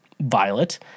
Violet